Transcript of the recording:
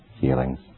feelings